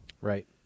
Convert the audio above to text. Right